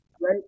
Right